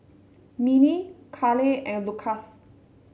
Minnie Carlyle and Lukas